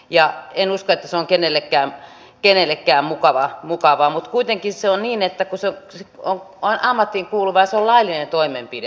ja en usko että se on kenellekään mukavaa mutta kuitenkin on niin että se on ammattiin kuuluvaa se on laillinen toimenpide